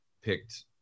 picked